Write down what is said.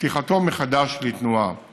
ופתיחתו לתנועה מחדש,